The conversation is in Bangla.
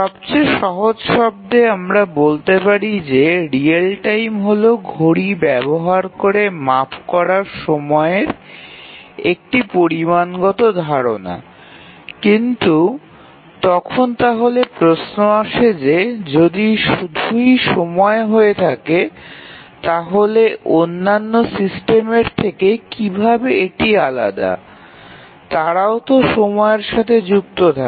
সবচেয়ে সহজ ভাবে আমরা বলতে পারি যে রিয়েল টাইম হল ঘড়ি ব্যবহার করে মাপ করা সময়ের একটি পরিমাণগত ধারণা কিন্তু তখন তাহলে প্রশ্ন আসে যে যদি শুধুই সময় হয়ে থাকে তাহলে অন্যান্য সিস্টেমের থেকে কিভাবে এটি আলাদা তারাও তো সময়ের সাথে যুক্ত থাকে